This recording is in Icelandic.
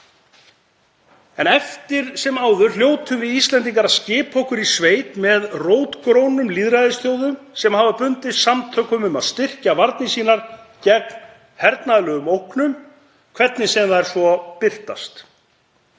En eftir sem áður hljótum við Íslendingar að skipa okkur í sveit með rótgrónum lýðræðisþjóðum sem hafa bundist samtökum um að styrkja varnir sínar gegn hernaðarlegum ógnum, hvernig sem þær svo birtast.